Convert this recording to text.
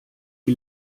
die